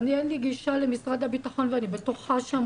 לי אין גישה למשרד הבטחון ואני בטוחה שהם